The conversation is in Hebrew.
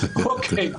אוקיי.